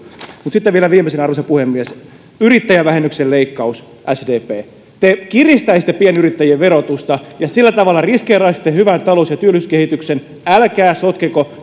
sitten vielä viimeisenä arvoisa puhemies yrittäjävähennyksen leikkaus sdp te te kiristäisitte pienyrittäjien verotusta ja sillä tavalla riskeeraisitte hyvän talous ja työllisyyskehityksen älkää sotkeko